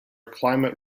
climate